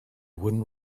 wooden